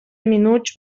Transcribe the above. minuts